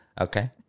okay